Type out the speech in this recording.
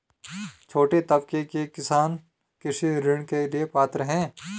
छोटे तबके के किसान कृषि ऋण के लिए पात्र हैं?